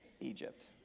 Egypt